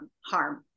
harm